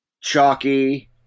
Chalky